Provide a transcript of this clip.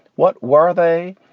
what were they?